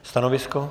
Stanovisko?